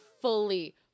fully